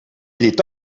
llit